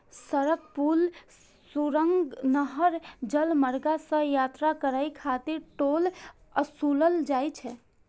सड़क, पुल, सुरंग, नहर, जलमार्ग सं यात्रा करै खातिर टोल ओसूलल जाइ छै